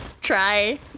try